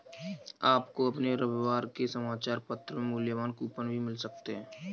आपको अपने रविवार के समाचार पत्र में मूल्यवान कूपन भी मिल सकते हैं